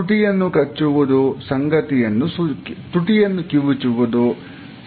ತುಟಿಯನ್ನು ಕಿವುಚುವುದು ಸಂಗತಿಯನ್ನು ಸೂಚಿಸುತ್ತದೆ